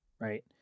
right